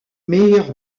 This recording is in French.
meilleur